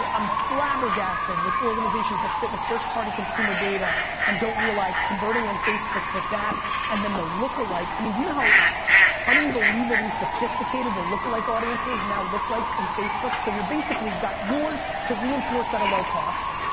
ah i'm flabbergasted with organizations that sit with first party consumer data and don't realize converting on and facebook with that and then the lookalike, i mean, do you know how unbelievably sophisticated the lookalike audiences now look like on and facebook? so you're basically got yours to reinforce at a low cost.